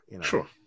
Sure